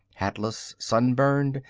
hatless, sunburned,